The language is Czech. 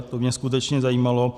To by mě skutečně zajímalo.